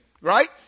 right